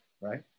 right